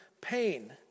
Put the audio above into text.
pain